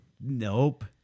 Nope